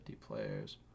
players